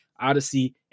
Odyssey